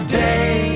day